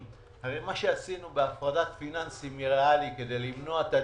עשינו הפרדה פיננסית כדי למנוע את ה"ג'יינט"